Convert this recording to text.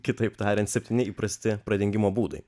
kitaip tariant septyni įprasti pradingimo būdai